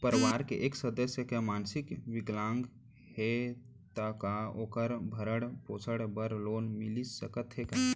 परवार के एक सदस्य हा मानसिक विकलांग हे त का वोकर भरण पोषण बर लोन मिलिस सकथे का?